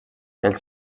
els